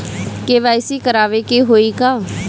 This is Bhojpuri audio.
के.वाइ.सी करावे के होई का?